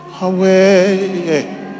away